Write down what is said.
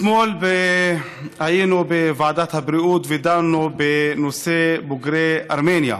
אתמול היינו בוועדת הבריאות ודנו בנושא בוגרי ארמניה.